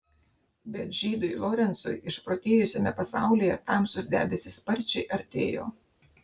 bet žydui lorencui išprotėjusiame pasaulyje tamsūs debesys sparčiai artėjo